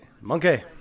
Monkey